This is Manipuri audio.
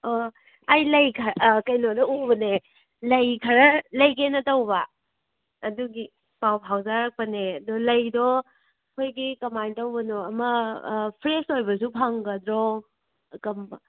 ꯑꯣ ꯑꯩ ꯂꯩ ꯑꯥ ꯀꯩꯅꯣꯗ ꯎꯕꯅꯦ ꯂꯩ ꯈꯔ ꯂꯩꯒꯦꯅ ꯇꯧꯕ ꯑꯗꯨꯒꯤ ꯄꯥꯎ ꯐꯥꯎꯖꯔꯛꯄꯅꯦ ꯑꯗꯨ ꯂꯩꯗꯣ ꯑꯩꯈꯣꯏꯒꯤ ꯀꯃꯥꯏꯅ ꯇꯧꯕꯅꯣ ꯑꯃ ꯐ꯭ꯔꯦꯁ ꯑꯣꯏꯕꯁꯨ ꯐꯪꯒꯗ꯭ꯔꯣ